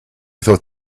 thought